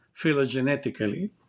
phylogenetically